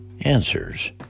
answers